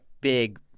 big